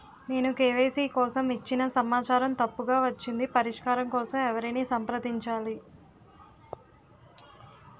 నేను కే.వై.సీ కోసం ఇచ్చిన సమాచారం తప్పుగా వచ్చింది పరిష్కారం కోసం ఎవరిని సంప్రదించాలి?